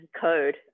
code